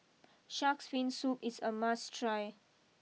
shark's Fin Soup is a must try